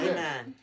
Amen